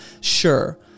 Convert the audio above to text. sure